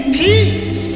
peace